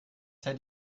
hätte